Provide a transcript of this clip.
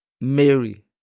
Mary